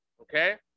Okay